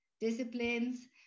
disciplines